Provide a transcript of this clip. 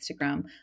instagram